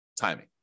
timing